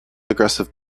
aggressive